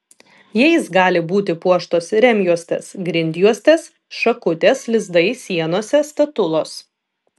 jais gali būti puoštos rėmjuostės grindjuostės šakutės lizdai sienose statulos